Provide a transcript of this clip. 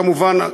כמובן,